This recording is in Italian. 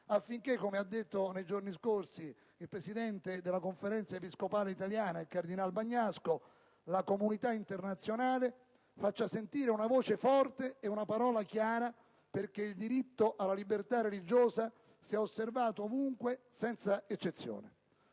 affinché, come ha evidenziato nei giorni scorsi il presidente della Conferenza episcopale italiana, il cardinale Bagnasco, «la comunità internazionale faccia sentire una voce forte ed una parola chiara perché il diritto alla libertà religiosa sia osservato ovunque senza eccezioni».